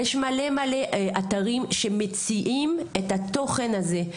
יש מלא מלא אתרים שמציעים את התוכן הזה,